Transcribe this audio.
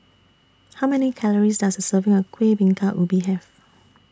How Many Calories Does A Serving of Kueh Bingka Ubi Have